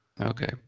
Okay